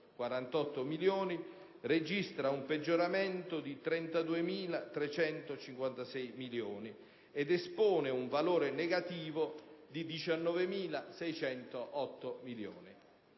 milioni, registra un peggioramento di 32.356 milioni ed espone un valore negativo di 19.608 milioni.